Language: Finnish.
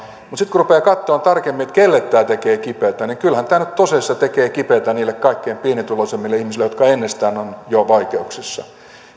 mutta sitten kun rupeaa katsomaan tarkemmin kenelle tämä tekee kipeätä niin kyllähän tämä nyt tosissaan tekee kipeätä niille kaikkein pienituloisimmille ihmisille jotka ennestään ovat jo vaikeuksissa